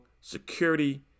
security